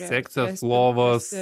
sekcijas lovas